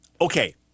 Okay